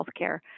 healthcare